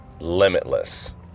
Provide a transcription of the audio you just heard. limitless